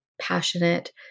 passionate